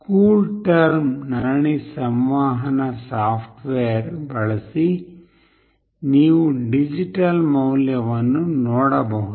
ಕೂಲ್ಟೆರ್ಮ್ನಂತಹ ಯಾವುದೇ ಸರಣಿ ಸಂವಹನ ಸಾಫ್ಟ್ವೇರ್ ಬಳಸಿ ನೀವು ಡಿಜಿಟಲ್ ಮೌಲ್ಯವನ್ನು ನೋಡಬಹುದು